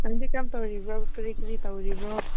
ꯅꯪꯗꯤ ꯀꯔꯝ ꯇꯧꯔꯤꯕ꯭ꯔꯣ ꯀꯔꯤ ꯀꯔꯤ ꯇꯧꯔꯤꯕ꯭ꯔꯣ